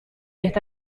está